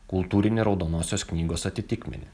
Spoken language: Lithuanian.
kultūrinį raudonosios knygos atitikmenį